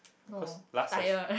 cause last sess~